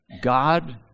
God